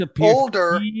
older